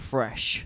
Fresh